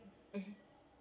mmhmm